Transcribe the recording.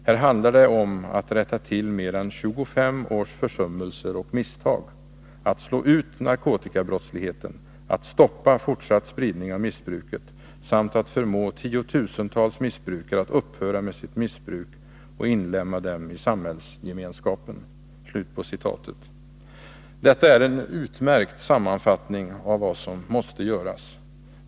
Här handlar det om att rätta till mer än tjugofem års försummelser och misstag, att slå ut narkotikabrottsligheten, att stoppa fortsatt spridning av missbruket, samt att förmå tiotusentals missbrukare att upphöra med sitt missbruk och inlemma dem i samhällsgemenskapen.” Detta är en utmärkt sammanfattning av vad som måste göras.